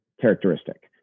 characteristic